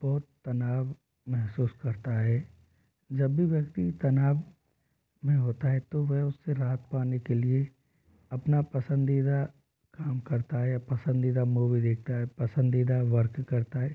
बहुत तनाव महसूस करता है जब भी व्यक्ति तनाव में होता है तो वह उस से राहत पाने के लिए अपना पसंदीदा काम करता है पसंदीदा मूवी देखता है पसंदीदा वर्क करता है